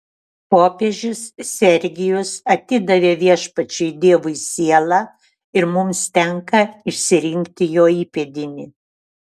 popiežius sergijus atidavė viešpačiui dievui sielą ir mums tenka išsirinkti jo įpėdinį